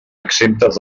exemptes